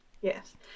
Yes